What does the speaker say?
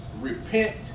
repent